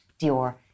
Dior